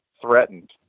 threatened